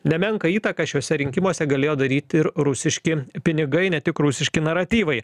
nemenką įtaką šiuose rinkimuose galėjo daryt ir rusiški pinigai ne tik rusiški naratyvai